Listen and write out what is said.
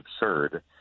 absurd